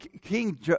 King